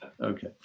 Okay